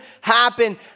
happen